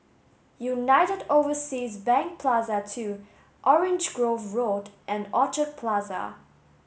United Overseas Bank Plaza Two Orange Grove Road and Orchid Plaza